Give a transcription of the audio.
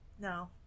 No